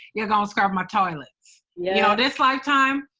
you're gonna scrub my toilets. you know this lifetime,